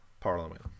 parliament